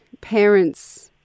parents